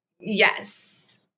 Yes